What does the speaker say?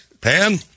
Pan